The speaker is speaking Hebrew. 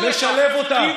לשלב אותם,